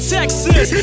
Texas